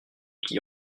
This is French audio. qui